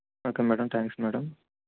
okay madam thanks madam